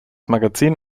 magazin